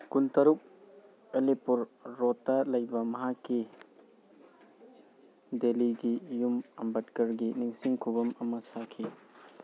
ꯀꯨꯟꯇꯔꯨꯛ ꯑꯂꯤꯄꯨꯔ ꯔꯣꯠꯇ ꯂꯩꯕ ꯃꯍꯥꯛꯀꯤ ꯗꯦꯂꯤꯒꯤ ꯌꯨꯝ ꯑꯝꯕꯠꯀꯔꯒꯤ ꯅꯤꯡꯁꯤꯡ ꯈꯨꯕꯝ ꯑꯃ ꯁꯥꯈꯤ